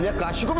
yeah kashi?